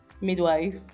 Midwife